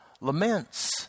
laments